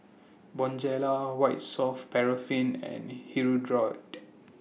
Bonjela White Soft Paraffin and Hirudoid